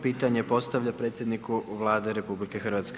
Pitanje postavlja predsjedniku Vlade RH.